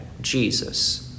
Jesus